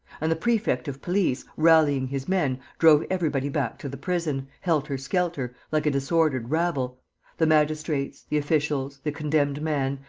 and the prefect of police, rallying his men, drove everybody back to the prison, helter-skelter, like a disordered rabble the magistrates, the officials, the condemned man,